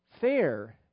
fair